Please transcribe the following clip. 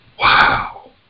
Wow